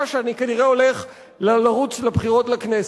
שאני כנראה הולך לרוץ לבחירות לכנסת.